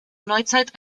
neuzeit